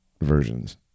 versions